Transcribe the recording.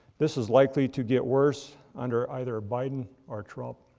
this is likely to get worse under either biden or trump.